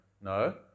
No